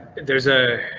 there's a.